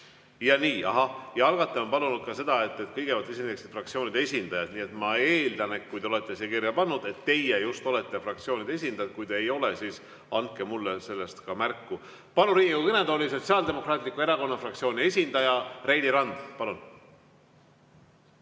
... Nii, ahah, algataja on palunud ka seda, et kõigepealt esineksid fraktsioonide esindajad, nii et ma eeldan, et kui te olete end siia kirja pannud, siis teie just olete fraktsiooni esindajad. Kui te ei ole, siis andke mulle sellest ka märku. Palun Riigikogu kõnetooli, Sotsiaaldemokraatliku Erakonna fraktsiooni esindaja Reili Rand. (Reili